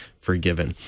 forgiven